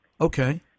Okay